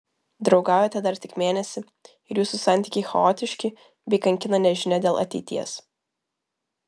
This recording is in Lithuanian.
draugaujate dar tik mėnesį ir jūsų santykiai chaotiški bei kankina nežinia dėl ateities